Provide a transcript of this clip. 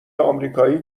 امریکایی